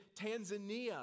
Tanzania